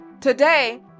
Today